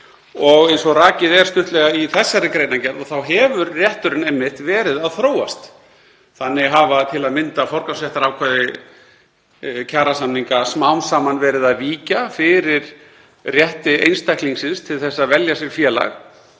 Eins og rakið er stuttlega í þessari greinargerð þá hefur rétturinn einmitt verið að þróast. Þannig hafa til að mynda forgangsréttarákvæði kjarasamninga smám saman verið að víkja fyrir rétti einstaklingsins til að velja sér félag.